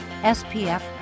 SPF